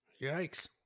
yikes